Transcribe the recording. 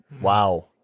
Wow